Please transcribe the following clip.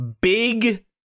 Big